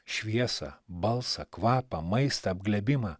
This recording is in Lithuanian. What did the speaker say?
šviesą balsą kvapą maistą apglėbimą